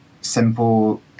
simple